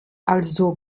also